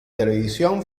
televisión